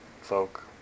folk